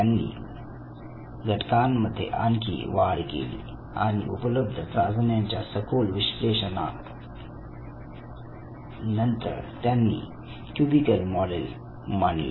त्यांनी घटकांमध्ये आणखी वाढ केली आणि उपलब्ध चाचण्यांच्या सखोल विश्लेषण आल्यानंतर त्यांनी क्युबिकल मॉडेल मांडले